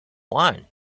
wine